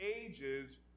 ages